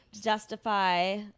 justify